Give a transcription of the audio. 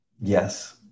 Yes